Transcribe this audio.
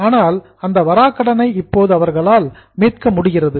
ஆனால் அந்த வாராக்கடனை இப்போது அவர்களால் ரெக்கவர் மீட்க முடிகிறது